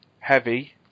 Heavy